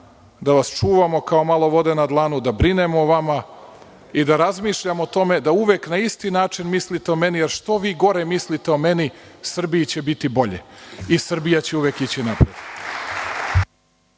da vas čuvamo kao malo vode na dlanu, da brinemo o vama i da razmišljamo o tome da uvek na isti način mislite o meni, jer što vi gore mislite o meni Srbiji će biti bolje i Srbija će uvek ići napred.